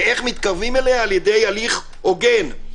ואיך מתקרבים אליה - על-ידי הליך הוגן.